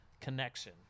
connection